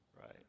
right